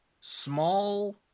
small